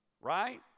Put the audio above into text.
right